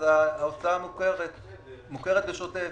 ההוצאה מוכרת בשוטף.